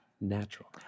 natural